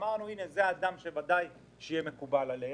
אמרנו שזה האדם שבוודאי יהיה מקובל עליהם.